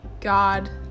God